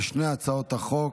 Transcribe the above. על שתי הצעות החוק,